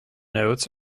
notes